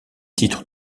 titre